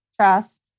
Trust